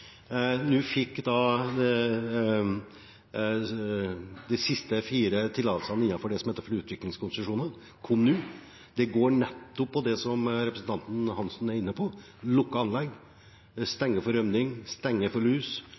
De siste fire tillatelsene innenfor det som heter utviklingskonsesjoner, kom nå. Det går nettopp på det som representanten Hansson er inne på, lukkede anlegg, stenge for rømning og stenge for lus,